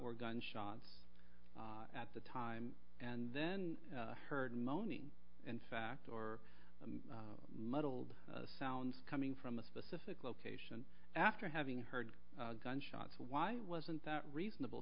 were gunshots at the time and then heard moaning in fact or muddled sounds coming from a specific location after having heard gunshots why wasn't that reasonable